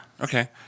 Okay